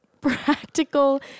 practical